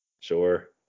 Sure